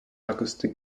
acoustic